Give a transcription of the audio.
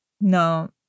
No